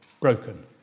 broken